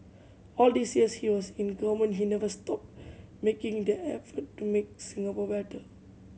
all these years he was in government he never stopped making the effort to make Singapore better